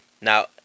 Now